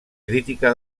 crítica